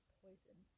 poison